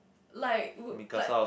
like would like